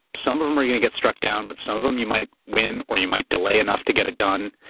some of them are going to get struck down, but some of them you might win or you might delay enough to get it done.